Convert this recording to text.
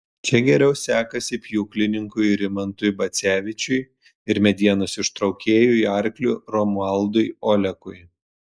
čia geriau sekasi pjūklininkui rimantui bacevičiui ir medienos ištraukėjui arkliu romualdui olekui